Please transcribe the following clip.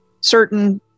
certain